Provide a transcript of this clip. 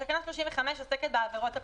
תקנה 35 עוסקת בעבירות הפליליות.